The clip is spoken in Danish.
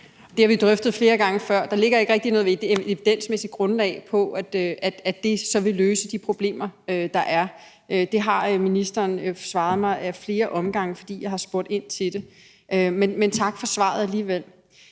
Det har vi drøftet flere gange før. Der ligger ikke rigtig noget evidensmæssigt grundlag for, at det så vil løse de problemer, der er. Det har ministeren svaret mig på ad flere omgange, fordi jeg har spurgt ind til det, men tak for svaret alligevel.